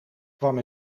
kwam